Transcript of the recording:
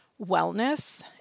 wellness